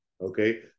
Okay